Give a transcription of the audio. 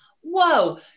whoa